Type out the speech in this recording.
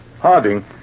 Harding